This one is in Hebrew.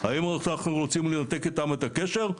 האם אנחנו רוצים לנתק איתם את הקשר?